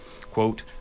Quote